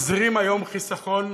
מחזירים היום חיסכון